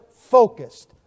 focused